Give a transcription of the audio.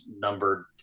numbered